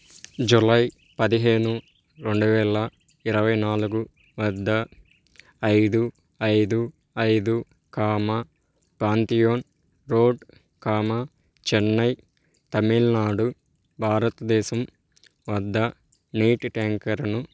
July పదిహేను రెండు వేల ఇరవై నాలుగు వద్ద ఐదు ఐదు ఐదు comma Pantheon road comma Chennai Tamil Nadu భారతదేశం వద్ద నీటి ట్యాంకర్ను